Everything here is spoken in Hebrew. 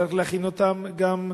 צריך להכין אותם גם,